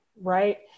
right